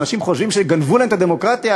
אנשים חושבים שגנבו להם את הדמוקרטיה